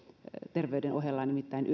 terveyden ohella nimittäin